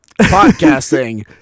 Podcasting